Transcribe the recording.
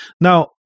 now